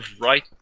right